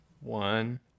One